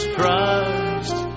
Christ